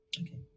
Okay